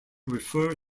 refer